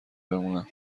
بمونم